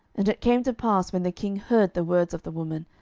and it came to pass, when the king heard the words of the woman,